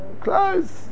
close